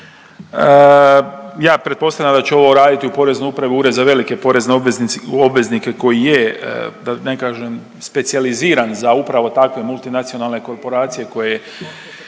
Ja pretpostavljam da će ovo raditi u Poreznoj upravi ured za velike porezne obveznike koji je da ne kažem specijaliziran za upravo takve multinacionalne korporacije koje,